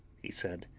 he said,